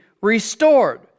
restored